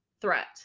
threat